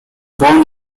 born